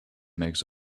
makes